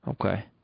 Okay